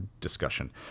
discussion